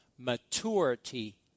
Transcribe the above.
Maturity